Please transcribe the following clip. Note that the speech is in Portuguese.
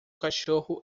cachorro